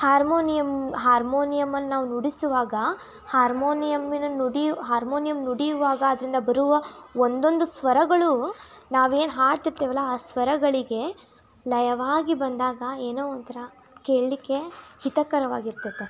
harmonium ಹಾರ್ಮೋನಿಯಮನ್ನ ನಾವು ನುಡಿಸುವಾಗ ಹಾರ್ಮೋನಿಯಮ್ಮಿನ ನುಡಿ ಹಾರ್ಮೋನಿಯಮ್ ನುಡಿಯುವಾಗ ಅದರಿಂದ ಬರುವ ಒಂದೊಂದು ಸ್ವರಗಳೂ ನಾವೇನು ಹಾಡ್ತಿರ್ತೇವಲ್ಲ ಆ ಸ್ವರಗಳಿಗೆ ಲಯವಾಗಿ ಬಂದಾಗ ಏನೋ ಒಂಥರ ಕೇಳಲಿಕ್ಕೆ ಹಿತಕರವಾಗಿರ್ತದೆ